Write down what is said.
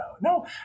no